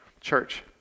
church